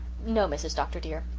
no, mrs. dr. dear,